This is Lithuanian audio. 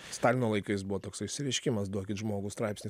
stalino laikais buvo toks išsireiškimas duokit žmogų straipsnis